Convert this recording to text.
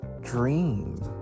dream